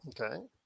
okay